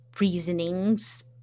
reasonings